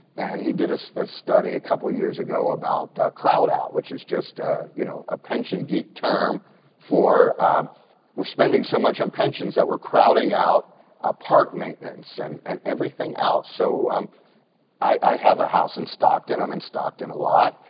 and he did a so study a couple years ago about crowd out which is just a you know a pension geek term for we're spending so much on pensions that were crowding out a park maintenance and and everything else. so um i have a house in stockton, i'm in stockton a lot.